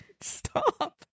Stop